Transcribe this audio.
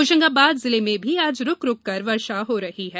होशंगाबाद जिले में भी आज रूक रूककर वर्षा हो रही है